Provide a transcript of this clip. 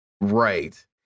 right